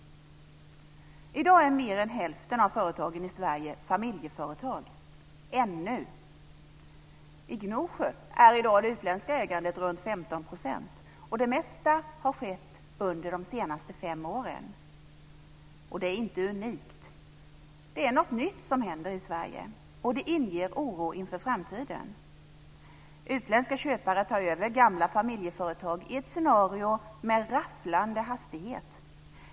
I dag är mer än hälften av företagen i Sverige familjeföretag - ännu. I Gnosjö är i dag det utländska ägandet runt 15 %, och det mesta har skett under de senaste fem åren. Det är inte unikt. Det är något nytt som händer i Sverige, och det inger oro inför framtiden. Utländska köpare tar över gamla familjeföretag i ett scenario med rafflande hastighet.